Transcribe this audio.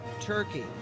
Turkey